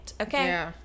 okay